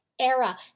era